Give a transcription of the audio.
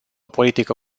politică